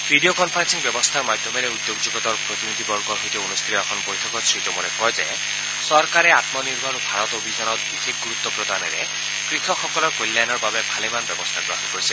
video conferencing ব্যৱস্থাৰ মাধ্যমেৰে উদ্যোগ জগতৰ প্ৰতিনিধিবৰ্গৰ সৈতে অনুষ্ঠিত এখন বৈঠকত শ্ৰীটোমৰে কয় যে চৰকাৰে আমনিৰ্ভৰ ভাৰত অভিযানত বিশেষ গুৰুত্ব প্ৰদানেৰে কৃষকসকলৰ কল্যাণৰ বাবে ভালেমান ব্যৱস্থা গ্ৰহণ কৰিছে